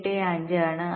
85 ആണ്